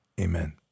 amen